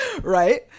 Right